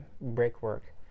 brickwork